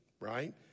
right